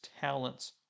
talents